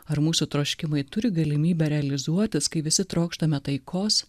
ar mūsų troškimai turi galimybę realizuotis kai visi trokštame taikos